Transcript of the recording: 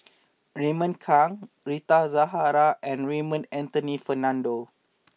Raymond Kang Rita Zahara and Raymond Anthony Fernando